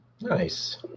Nice